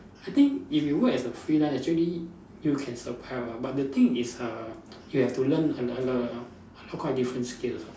I think if you work as a freelance actually you can survive one but the thing is err you have to learn another quite a different skills ah